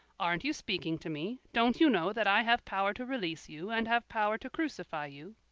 aren't you speaking to me? don't you know that i have power to release you, and have power to crucify you?